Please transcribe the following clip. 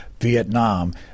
Vietnam